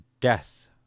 death